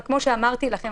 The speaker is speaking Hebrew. אבל כמו שאמרתי לכם,